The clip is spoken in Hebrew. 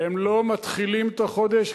הם לא מתחילים את החודש,